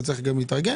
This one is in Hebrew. וצריך גם להתארגן,